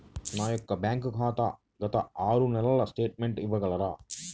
నా యొక్క బ్యాంక్ ఖాతా గత ఆరు నెలల స్టేట్మెంట్ ఇవ్వగలరా?